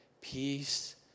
peace